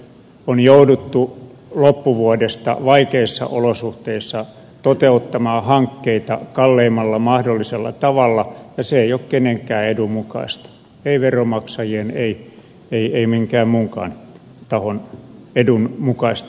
on jouduttu loppuvuodesta vaikeissa olosuhteissa toteuttamaan hankkeita kalleimmalla mahdollisella tavalla ja se ei ole kenenkään edun mukaista ei veronmaksajien ei minkään muunkaan tahon edun mukaista